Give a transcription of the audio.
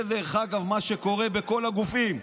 דרך אגב, זה מה שקורה בכל הגופים.